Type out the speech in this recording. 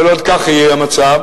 כל עוד כך יהיה המצב,